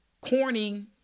corny